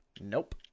nope